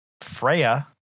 freya